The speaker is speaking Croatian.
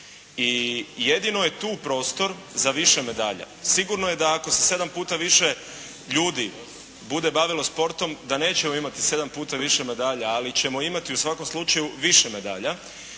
I jedino je tu prostor za više medalja. Sigurno je da ako se 7 puta više ljudi bude bavilo sportom, da nećemo imati sedam puta više medalja, ali ćemo imati u svakom slučaju više medalja.